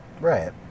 Right